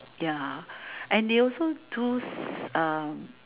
ya and they also do s~ um